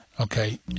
okay